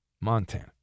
Montana